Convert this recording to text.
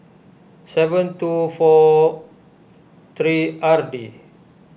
seven two four three R D